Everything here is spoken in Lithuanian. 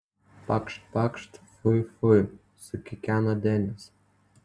pakšt pakšt fui fui sukikeno denis